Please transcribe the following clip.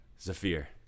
Zafir